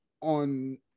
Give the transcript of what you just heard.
on